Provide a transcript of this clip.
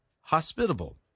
hospitable